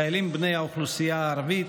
חיילים בני האוכלוסייה הערבית,